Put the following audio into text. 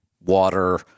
water